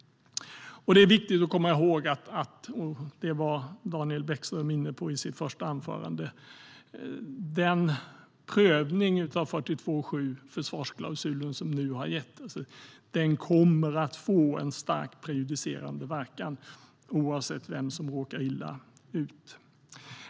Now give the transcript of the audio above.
Som Daniel Bäckström var inne på i sitt första anförande är det viktigt att komma ihåg att prövningen av 42.7, försvarsklausulen, kommer att få en stark prejudicerande verkan, oavsett vem som råkar illa ut.